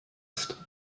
ist